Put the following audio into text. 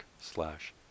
slash